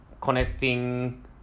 connecting